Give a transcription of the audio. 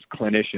clinician